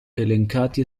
elencati